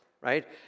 right